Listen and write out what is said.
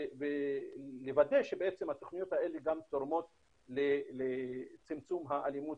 ולוודא שהתוכניות האלה גם תורמות לצמצום האלימות